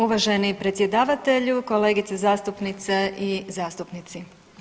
Uvaženi predsjedavatelju, kolegice zastupnice i zastupnici.